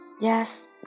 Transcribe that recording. Yes